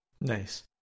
nice